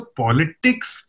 politics